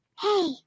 Hey